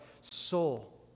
soul